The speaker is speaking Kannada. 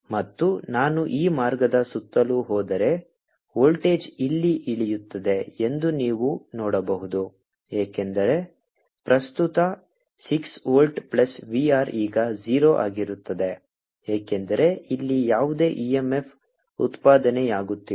ಮತ್ತು ನಾನು ಈ ಮಾರ್ಗದ ಸುತ್ತಲೂ ಹೋದರೆ ವೋಲ್ಟೇಜ್ ಇಲ್ಲಿ ಇಳಿಯುತ್ತದೆ ಎಂದು ನೀವು ನೋಡಬಹುದು ಏಕೆಂದರೆ ಪ್ರಸ್ತುತ 6 ವೋಲ್ಟ್ ಪ್ಲಸ್ V r ಈಗ 0 ಆಗಿರುತ್ತದೆ ಏಕೆಂದರೆ ಇಲ್ಲಿ ಯಾವುದೇ EMF ಉತ್ಪಾದನೆಯಾಗುತ್ತಿಲ್ಲ